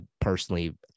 personally